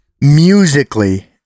musically